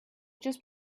just